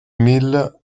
mille